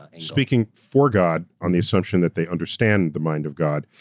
ah speaking for god, on the assumption that they understand the mind of god,